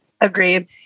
Agreed